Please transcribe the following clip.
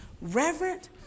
Reverend